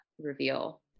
reveal